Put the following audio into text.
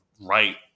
right